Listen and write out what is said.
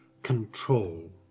control